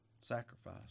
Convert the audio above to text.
Sacrifice